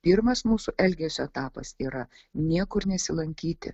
pirmas mūsų elgesio etapas yra niekur nesilankyti